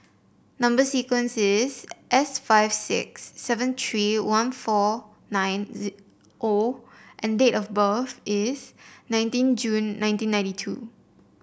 number sequence is S five six seven three one four nine O and date of birth is nineteen June nineteen ninety two